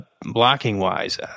blocking-wise